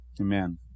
Amen